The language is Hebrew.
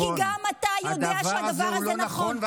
כי גם אתה יודע שהדבר הזה נכון.